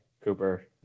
Cooper